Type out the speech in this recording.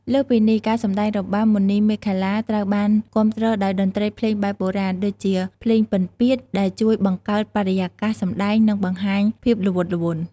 លើសពីនេះ ការសម្តែងរបាំមុនីមាឃលា ត្រូវបានគាំទ្រដោយតន្ត្រីភ្លេងបែបបុរាណ ដូចជា ភ្លេងពិណពាទ្យ ដែលជួយបង្កើតបរិយាកាសសម្តែង និងបង្ហាញភាពល្វត់ល្វន់។